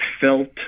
felt